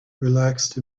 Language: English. relaxed